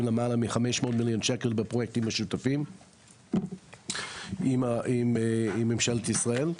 למעלה מחמש מאות מיליון שקל בפרויקטים משותפים עם ממשלת ישראל.